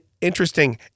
interesting